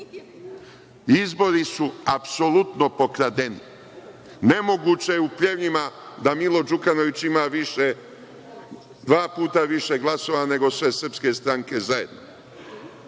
treba. Izbori su apsolutno pokradeni. Nemoguće je u Pljevljima da Milo Đukanović ima dva puta više glasova nego sve srpske stranke zajedno.